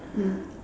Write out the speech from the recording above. mm